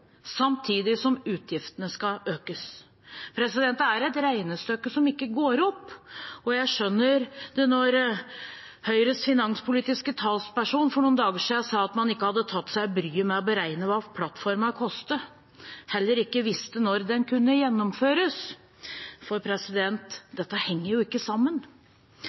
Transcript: samtidig som utgiftene skal økes. Det er et regnestykke som ikke går opp, og jeg skjønner det, når Høyres finanspolitiske talsperson for noen dager siden sa at man ikke hadde tatt seg bryet med å beregne hva plattformen koster, ei heller visste når den kunne gjennomføres. Dette henger jo ikke sammen.